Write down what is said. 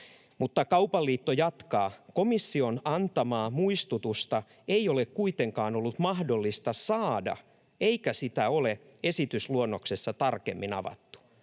Kaupan liitto jatkaa: ”Komission antamaa muistutusta ei ole kuitenkaan ollut mahdollista saada, eikä sitä ole esitysluonnoksessa tarkemmin avattu.”